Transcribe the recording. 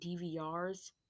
DVRs